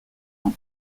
ans